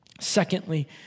Secondly